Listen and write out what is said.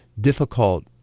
difficult